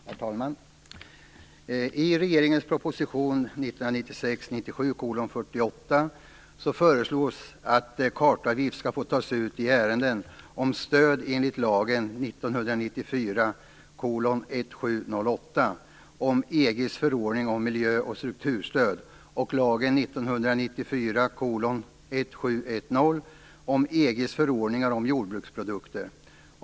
Herr talman! I regeringens proposition 1996/97:48 föreslås att kartavgift skall få tas ut i ärenden om stöd enligt lagen 1994:1708 om EG:s förordning om miljöoch strukturstöd och lagen 1994:1710 om EG:s förordningar om jordbruksprodukter.